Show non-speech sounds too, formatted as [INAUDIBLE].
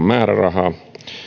[UNINTELLIGIBLE] määrärahaa